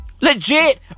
Legit